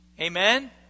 amen